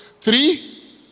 three